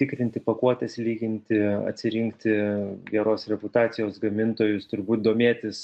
tikrinti pakuotes lyginti atsirinkti geros reputacijos gamintojus turbūt domėtis